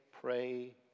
pray